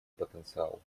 потенциал